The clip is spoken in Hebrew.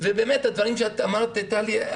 ובאמת הדברים שאמרת טלי,